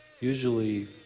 usually